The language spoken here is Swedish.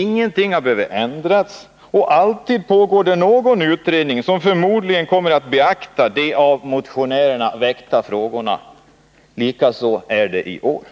Ingenting behöver ändras och alltid pågår någon utredning som förmodligen kommer att beakta ”de av motionärerna väckta frågorna”. På samma sätt förhåller det sig i år.